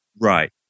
Right